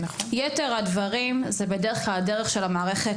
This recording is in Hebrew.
יתר הדברים זה בדרך כלל הדרך של המערכת